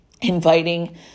inviting